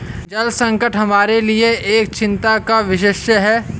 जल संकट हमारे लिए एक चिंता का विषय है